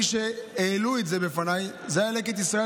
מי שהעלו את זה בפניי היו לקט ישראל,